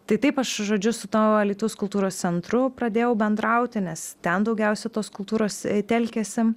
tai taip aš žodžiu su tuo alytus kultūros centru pradėjau bendrauti nes ten daugiausiai tos kultūros telkėsi